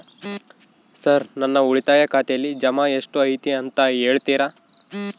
Sir ನನ್ನ ಉಳಿತಾಯ ಖಾತೆಯಲ್ಲಿ ಜಮಾ ಎಷ್ಟು ಐತಿ ಅಂತ ಹೇಳ್ತೇರಾ?